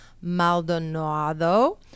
Maldonado